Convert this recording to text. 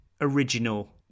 original